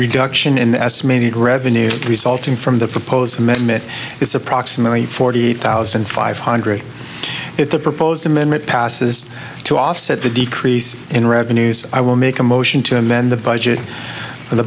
reduction in the s made it revenue resulting from the proposed amendment is approximately forty eight thousand five hundred if the proposed amendment passes to offset the decrease in revenues i will make a motion to amend the budget in the